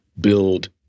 build